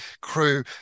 crew